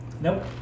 Nope